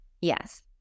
Yes